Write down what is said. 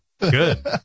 Good